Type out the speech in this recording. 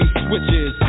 switches